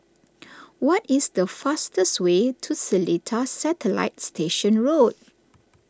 what is the fastest way to Seletar Satellite Station Road